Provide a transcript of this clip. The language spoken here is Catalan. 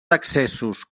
accessos